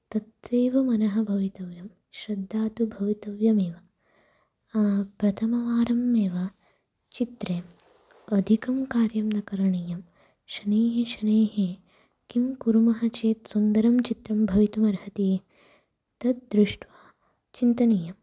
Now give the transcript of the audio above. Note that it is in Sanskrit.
तत्रेव मनः भवितव्यं श्रद्धा तु भवितव्यमेव प्रथमवारम् एव चित्रे अधिकं कार्यं न करणीयं शनैः शनैः किं कुर्मः चेत् सुन्दरं चित्रं भवितुमर्हति तद् दृष्ट्वा चिन्तनीयम्